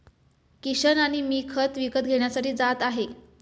किशन आणि मी खत विकत घेण्यासाठी जात आहे